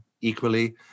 equally